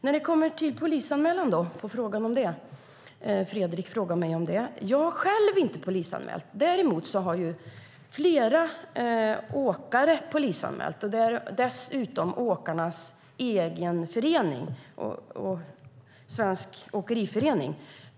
När det kommer till frågan om polisanmälan - Fredrik Schulte frågade mig om det - har jag själv inte polisanmält. Däremot har flera åkare polisanmält, och dessutom åkarnas egen förening, Svensk Åkeriförening.